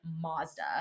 mazda